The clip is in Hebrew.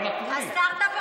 בבקשה.